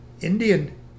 Indian